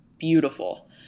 beautiful